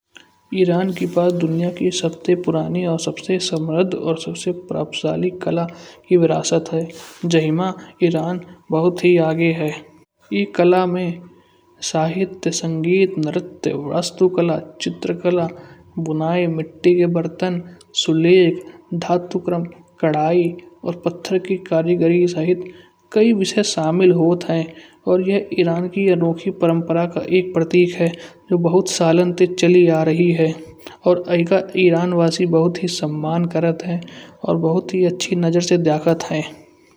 ईरान के पास दुनिया के सबसे पुराने और सबसे समृद्ध और सबसे प्रभावशाली कला के विरासत है। जाहिमा ईरान बहुत ही आगे है। ए कला में साहित्य संगीत नृत्य वास्तु कला, चित्रकला बुनाई मिट्टी के बर्तन, सुलेख धातु, कढ़ाई और पत्थर की कारीगरी सहित कई विषय शामिल होत है। और यह ईरान के अनोखी परंपरा का एक प्रतीक है। बहुत सालों ते चले आ रही है। और ए का ईरान वासी बहुत ही सम्मान करत है। और बहुत ही अच्छी नजर से जानत है।